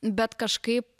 bet kažkaip